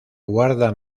guarda